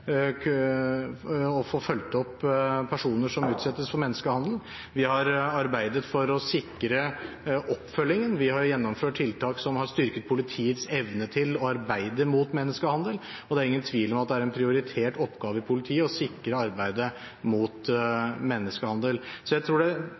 å få fulgt opp personer som utsettes for menneskehandel. Vi har arbeidet for å sikre oppfølgingen, vi har gjennomført tiltak som har styrket politiets evne til å arbeide mot menneskehandel, og det er ingen tvil om at det er en prioritert oppgave i politiet å sikre arbeidet mot